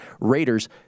Raiders